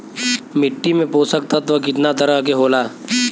मिट्टी में पोषक तत्व कितना तरह के होला?